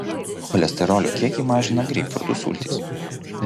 cholesterolio kiekį mažina greipfrutų sultys